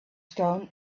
stone